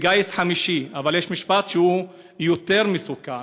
וגיס חמישי, אבל יש משפט שהוא יותר מסוכן: